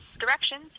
Directions